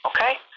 okay